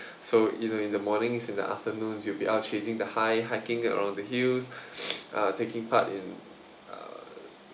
so you know in the mornings in the afternoons you'll be out chasing the high hiking around the hills uh taking part in uh